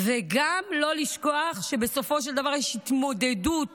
וגם לא לשכוח שבסופו של דבר יש התמודדות